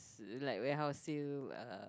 it like warehouse sale uh